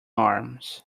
arms